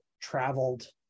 traveled